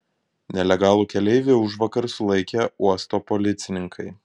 nelegalų keleivį užvakar sulaikė uosto policininkai